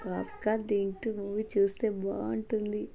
popcorn తింటు movie చూస్తే బాగుంటుంది